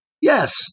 Yes